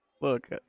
Look